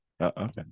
okay